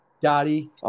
Dottie